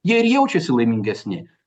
jie ir jaučiasi laimingesni